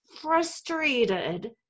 frustrated